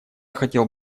хотел